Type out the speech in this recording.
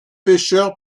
pêcheurs